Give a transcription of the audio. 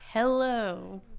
Hello